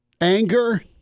Anger